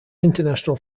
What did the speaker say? international